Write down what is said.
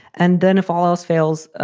and then if all else fails,